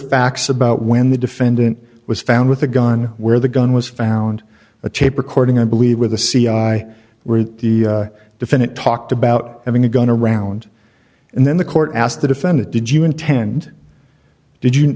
facts about when the defendant was found with a gun where the gun was found a tape recording i believe with the c i where the defendant talked about having a gun around and then the court asked the defendant did you intend did you